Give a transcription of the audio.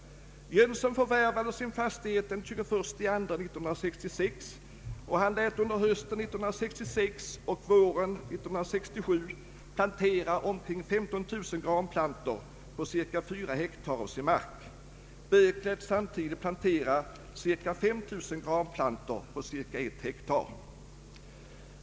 Jönsson förvärvade sin fastighet den 21 februari 1966. Han lät under hösten 1966 och våren 1967 plantera omkring 15 000 granplantor på cirka fyra hektar av sin mark. Böök lät samtidigt plantera cirka 5000 granplantor på cirka ett hektar.